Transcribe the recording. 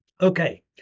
Okay